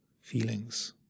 feelings